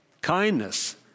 kindness